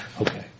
Okay